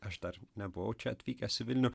aš dar nebuvau čia atvykęs į vilnių